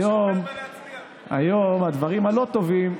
היום הדברים הלא-טובים,